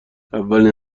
اولین